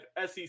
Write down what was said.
SEC